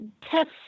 test